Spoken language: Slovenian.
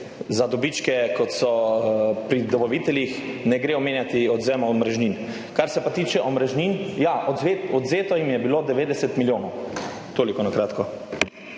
za dobičke, kot so pri dobaviteljih, ne gre omenjati odvzema omrežnin. Kar se pa tiče omrežnin, ja, odvzeto jim je bilo 90 milijonov. Toliko na kratko.